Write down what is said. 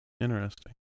Interesting